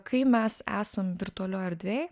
kai mes esam virtualioj erdvėj